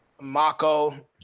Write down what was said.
Mako